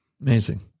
Amazing